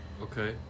Okay